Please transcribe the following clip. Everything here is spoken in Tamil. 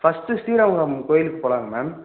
ஃபஸ்ட்டு ஸ்ரீரங்கம் கோவிலுக்குப் போகலாங்க மேம்